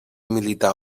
militar